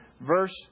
verse